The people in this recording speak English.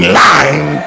line